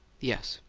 yes.